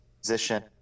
position